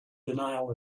denial